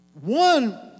one